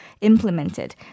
implemented